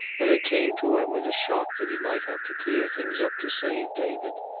and it came to him with a shock that he might have to clear things up to save david.